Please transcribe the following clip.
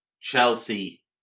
Chelsea